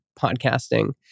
podcasting